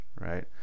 Right